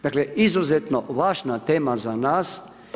Dakle, izuzetno važna tema za nas.